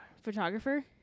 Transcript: Photographer